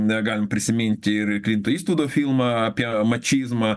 negalim prisiminti ir klinto istvudo filmą apie mačizmą